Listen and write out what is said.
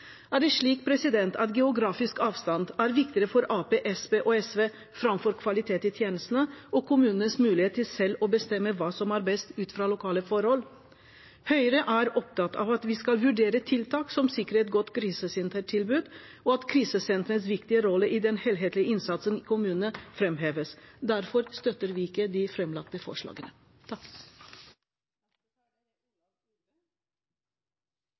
Er det slik at geografisk avstand er viktigere for Arbeiderpartiet, Senterpartiet og SV enn kvalitet i tjenestene og kommunenes mulighet til selv å bestemme hva som er best, ut fra lokale forhold? Høyre er opptatt av at vi skal vurdere tiltak som sikrer et godt krisesentertilbud, og at krisesentrenes viktige rolle i den helhetlige innsatsen i kommunene framheves. Derfor støtter vi ikke de framlagte forslagene.